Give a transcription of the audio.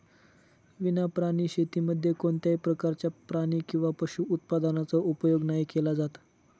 विना प्राणी शेतीमध्ये कोणत्याही प्रकारच्या प्राणी किंवा पशु उत्पादनाचा उपयोग नाही केला जात